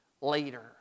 later